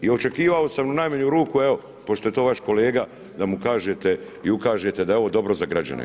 I očekivao sam u najmanju ruku evo pošto je to vaš kolega da mu kažete i ukažete da je ovo dobro za građane.